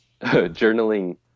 journaling